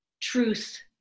truth